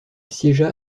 siégea